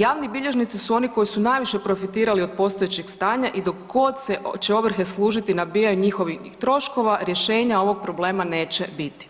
Javni bilježnici su oni koji su najviše profitirali od postojećeg stanja i dok god će ovrhe služiti nabijanju njihovih troškova rješenja ovog problema neće biti,